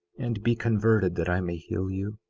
and be converted, that i may heal you?